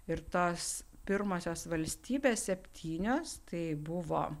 ir tos pirmosios valstybės septynios tai buvo